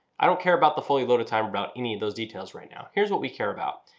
i don't care about the fully loaded time, about any of those details right now. here's what we care about.